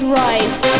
right